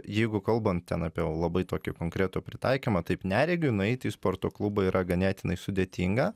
jeigu kalbant ten apie labai tokį konkretų pritaikymą taip neregiui nueiti į sporto klubą yra ganėtinai sudėtinga